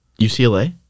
UCLA